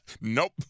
Nope